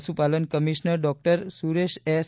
પશુપાલન commissioner doctor Suresh S